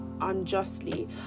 unjustly